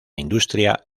industria